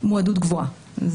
מועדות גבוהה,